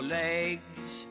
legs